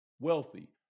wealthy